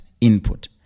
input